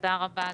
תודה רבה.